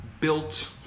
built